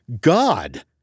God